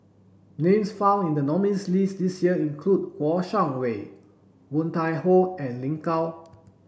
names found in the nominees' list this year include Kouo Shang Wei Woon Tai Ho and Lin Gao